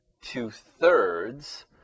two-thirds